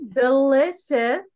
delicious